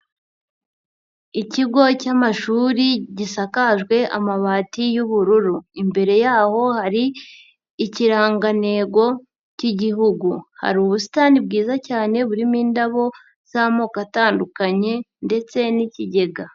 Ikigo cy'amashuri gisakajwe amabati y'ubururu, imbere yaho hari ikirangantego cy'Igihugu, hari ubusitani bwiza cyane burimo indabo z'amoko atandukanye ndetse n'ikigega.